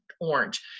orange